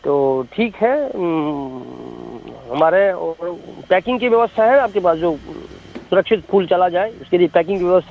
तो ठीक है हमारे वो पैकिंग की व्यवस्था है आपके पास जो सुरक्षित फूल चला जाए उसके लिए पैकिंग की व्यवस